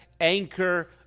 anchor